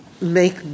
make